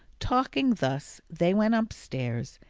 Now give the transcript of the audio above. talking thus, they went upstairs,